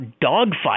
dogfight